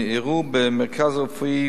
אירעו במרכז הרפואי